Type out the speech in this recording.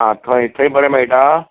आं थंय थंय बरें मेळटा